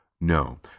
No